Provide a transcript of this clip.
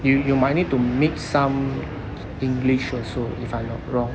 you you might need to mix some english also if I'm not wrong